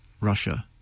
Russia